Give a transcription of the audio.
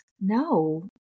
No